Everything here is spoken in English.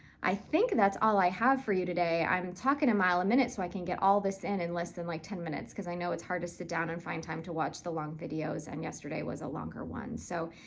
i think that's all i have for you today. i'm talking a mile a minute so i can get all this in in less than like ten minutes, because i know it's hard to sit down and find time to watch the long videos, and yesterday was a longer one, so.